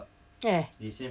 eh